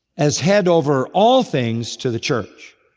as head over all things to the church.